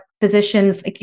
physicians